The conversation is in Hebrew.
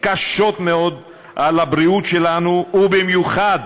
קשות מאוד על הבריאות שלנו, ובמיוחד